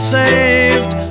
saved